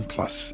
Plus